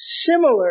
similar